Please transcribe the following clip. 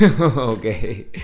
okay